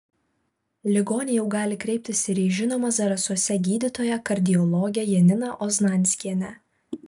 ligoniai jau gali kreiptis ir į žinomą zarasuose gydytoją kardiologę janina oznanskienę